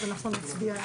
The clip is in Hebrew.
נצביע עכשיו.